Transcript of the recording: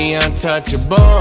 untouchable